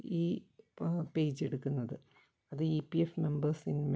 ഈ പേജെടുക്കുന്നത് അതീ പി എഫ് നമ്പേഴ്സിനേ